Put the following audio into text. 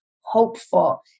hopeful